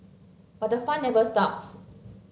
but the fun never stops